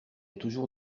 toujours